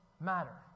matter